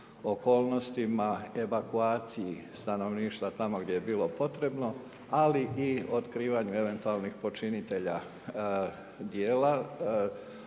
okolnostima, evakuaciji stanovništva tamo gdje je bilo potrebno ali i otkrivanju eventualnih počinitelja djela.